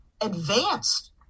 advanced